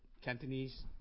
Cantonese